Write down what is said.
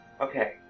Okay